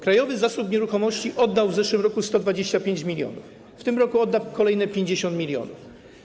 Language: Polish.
Krajowy Zasób Nieruchomości oddał w zeszłym roku 125 mln, w tym roku odda kolejne 50 mln.